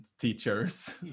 teachers